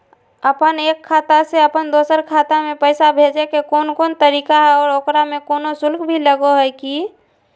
अपन एक खाता से अपन दोसर खाता में पैसा भेजे के कौन कौन तरीका है और ओकरा में कोनो शुक्ल भी लगो है की?